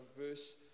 verse